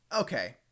okay –